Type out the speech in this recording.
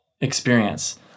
experience